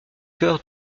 cœur